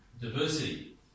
diversity